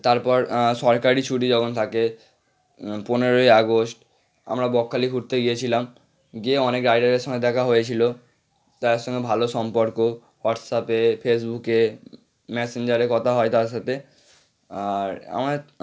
তারপর সরকারি ছুটি যখন থাকে পনেরোই আগস্ট আমরা বকখালি ঘুরতে গিয়েছিলাম গিয়ে অনেক রাইডারের সঙ্গে দেখা হয়েছিল তাদের সঙ্গে ভালো সম্পর্ক হোয়াটস্যাপে ফেসবুকে ম্যাসেঞ্জারে কথা হয় তাদের সাথে আর আমাদের